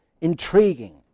intriguing